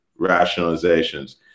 rationalizations